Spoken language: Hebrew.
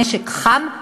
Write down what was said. נשק חם,